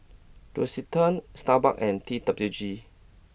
L'Occitane Starbucks and T W G